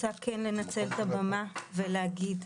אני רוצה לנצל את הבמה ולהגיד: